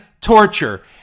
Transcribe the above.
torture